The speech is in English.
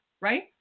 right